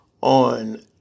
on